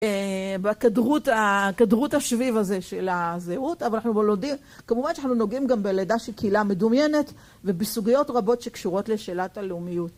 בכדרות השביב הזה של הזהות, אבל אנחנו... כמובן שאנחנו נוגעים גם בלידה של קהילה מדומיינת ובסוגיות רבות שקשורות לשאלת הלאומיות.